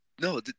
No